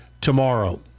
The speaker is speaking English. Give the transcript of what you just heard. tomorrow